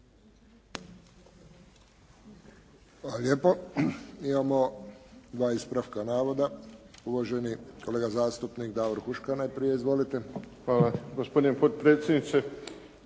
Hvala lijepo. Imamo 2 ispravka navoda. Uvaženi kolega zastupnik Davor Huška najprije. Izvolite. **Huška, Davor